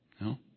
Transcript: no